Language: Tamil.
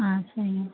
ஆ சரிங்க